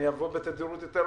אני אבוא בתדירות יותר גבוהה.